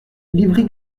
livry